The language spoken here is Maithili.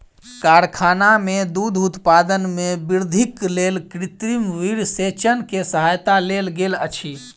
कारखाना में दूध उत्पादन में वृद्धिक लेल कृत्रिम वीर्यसेचन के सहायता लेल गेल अछि